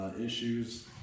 issues